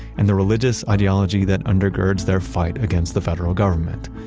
and the religious ideology that undergirds their fight against the federal government.